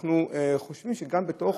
אנחנו חושבים שגם בתוך